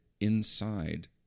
inside